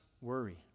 worry